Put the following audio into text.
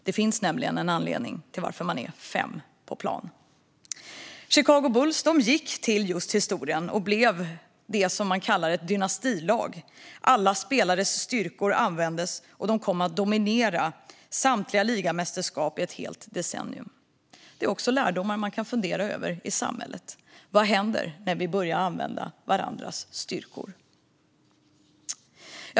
Det finns nämligen en anledning till att man är fem basketspelare på plan. Chicago Bulls gick till historien och blev det som man kallar ett dynastilag. Alla spelares styrkor användes, och de kom att dominera samtliga ligamästerskap i ett helt decennium. Det är lärdomar man kan fundera över i samhället: Vad händer när vi börjar använda varandras styrkor?